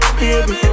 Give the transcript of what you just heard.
baby